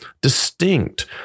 distinct